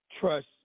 trust